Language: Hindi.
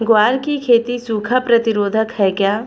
ग्वार की खेती सूखा प्रतीरोधक है क्या?